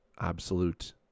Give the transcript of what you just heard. absolute